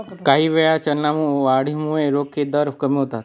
काहीवेळा, चलनवाढीमुळे रोखे दर कमी होतात